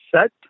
set